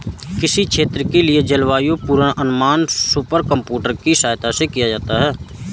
किसी क्षेत्र के लिए जलवायु पूर्वानुमान सुपर कंप्यूटर की सहायता से किया जाता है